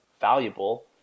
valuable